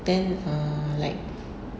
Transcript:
then err like